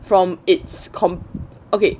from it's com~ okay